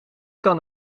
kan